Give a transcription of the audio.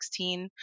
2016